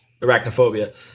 Arachnophobia